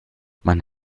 man